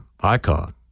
icon